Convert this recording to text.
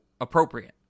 appropriate